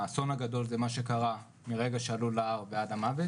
מה שקרה על ההר, מה שקרה מהמוות